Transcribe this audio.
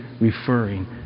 referring